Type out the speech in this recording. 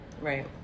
Right